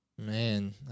Man